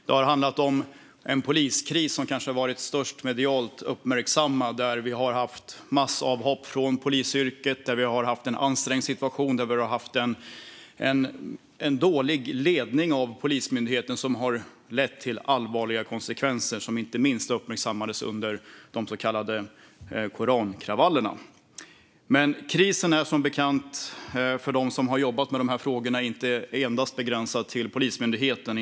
Den medialt kanske mest uppmärksammade är poliskrisen, där vi har haft massavhopp från polisyrket, en ansträngd situation och en dålig ledning av Polismyndigheten som har lett till allvarliga konsekvenser som inte minst uppmärksammades under de så kallade korankravallerna. Men krisen är, vilket är bekant för dem som har jobbat med de här frågorna, inte endast begränsad till Polismyndigheten.